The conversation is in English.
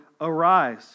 arise